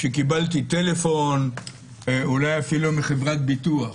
כשקיבלתי טלפון אולי אפילו מחברת ביטוח,